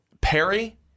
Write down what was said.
Perry